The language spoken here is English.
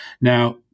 Now